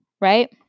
right